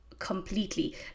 completely